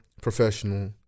professional